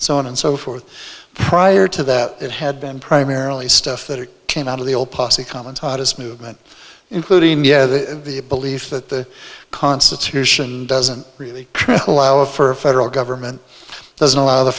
so on and so forth prior to that it had been primarily stuff that came out of the old posse common tadas movement including yeah the the belief that the constitution doesn't really allow for a federal government doesn't allow the